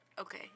Okay